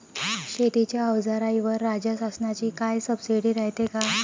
शेतीच्या अवजाराईवर राज्य शासनाची काई सबसीडी रायते का?